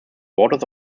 waters